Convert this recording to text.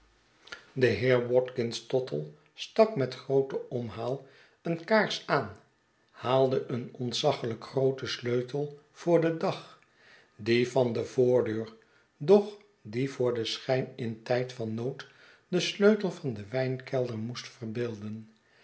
de heer watkins tottle stak met grooten omhaal een kaars aan haalde een ontzaghjk grooten sleutel voor den dag dien van de voordeur doch die voor den schijn in tijd van nood de sleutel van den wijnkelder moest verbeelden